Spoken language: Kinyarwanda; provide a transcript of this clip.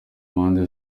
mpande